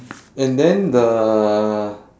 and then the